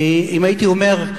אם הייתי אומר,